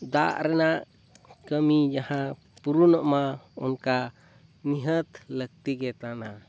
ᱫᱟᱜ ᱨᱮᱱᱟᱜ ᱠᱟᱹᱢᱤ ᱡᱟᱦᱟᱸ ᱯᱩᱨᱩᱱᱚᱜᱼᱢᱟ ᱚᱱᱠᱟ ᱱᱤᱦᱟᱹᱛ ᱞᱟᱹᱠᱛᱤ ᱜᱮᱛᱟᱢᱟ